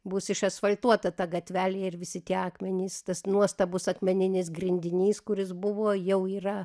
bus išasfaltuota ta gatvelė ir visi tie akmenys tas nuostabus akmeninis grindinys kuris buvo jau yra